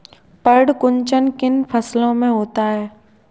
पर्ण कुंचन किन फसलों में होता है?